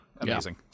amazing